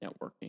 networking